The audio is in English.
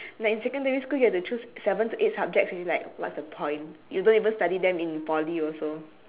like in secondary school you have to choose seven to eight subjects which is like what's the point you don't even study them in poly also